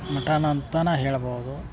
ಮಠನ ಅಂತಾನ ಹೇಳ್ಬೋದು